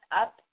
up